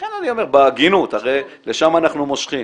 לכן אני אומר, בהגינות, הרי לשם אנחנו מושכים,